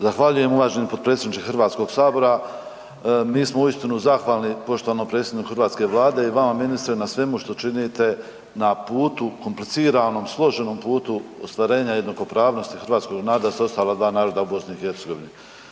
Zahvaljujem uvaženi potpredsjedniče Hrvatskog sabora. Mi smo uistinu zahvalni poštovanom predsjedniku hrvatske Vlade i vama ministre na svemu što činite na putu kompliciranom, složenom putu ostvarenja jednakopravnosti hrvatskog naroda sa ostala dva naroda u BiH. Pravo na